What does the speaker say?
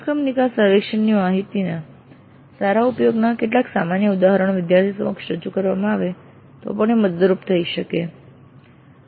અભ્યાસક્રમ નિકાસ સર્વેક્ષણની માહિતીના સારા ઉપયોગના કેટલાક સામાન્ય ઉદાહરણો વિદ્યાર્થીઓ સમક્ષ રજૂ કરવામાં આવે તો એ પણ મદદરૂપ થઈ શકે છે